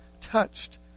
touched